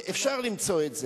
אפשר למצוא את זה.